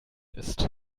ist